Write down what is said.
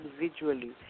individually